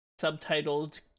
subtitled